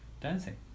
dancing